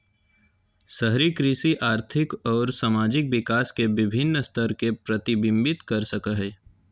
शहरी कृषि आर्थिक अउर सामाजिक विकास के विविन्न स्तर के प्रतिविंबित कर सक हई